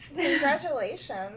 Congratulations